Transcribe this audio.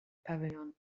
pavilion